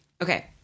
Okay